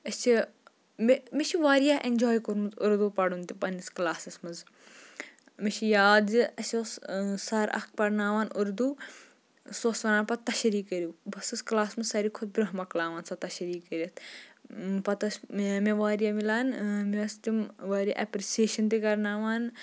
أسۍ چھِ مےٚ مےٚ چھِ واریاہ اٮ۪نجاے کوٚرمُت اردوٗ پَرُن تہٕ پنٛنِس کٕلاسَس منٛز مےٚ چھِ یاد زِ اَسہِ اوس سَر اَکھ پَرناوان اردوٗ سُہ اوس وَنان پَتہٕ تشریح کٔرِو بہٕ ٲسٕس کٕلاسَس منٛز ساروِی کھۄتہٕ برونٛہہ مۄکلاوان سۄ تشریح کٔرِتھ پَتہٕ ٲسۍ مےٚ مےٚ واریاہ مِلان مےٚ ٲس تِم واریاہ اٮ۪پرِشیشَن تہِ کَرناوان